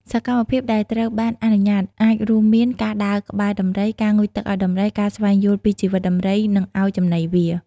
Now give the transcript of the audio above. សកម្មភាពដែលត្រូវបានអនុញ្ញាតអាចរួមមាន ការដើរក្បែរដំរី ការងូតទឹកឲ្យដំរី ការស្វែងយល់ពីជីវិតដំរី និងឱ្យចំណីវា។